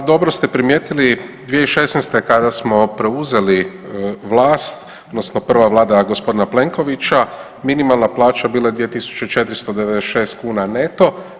Pa dobro ste primijetili 2016. kada smo preuzeli vlast odnosno prva Vlada gospodina Plenkovića minimalna plaća bila je 2 tisuću 496 kuna neto.